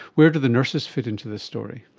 where do the nurses fit into this story?